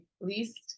least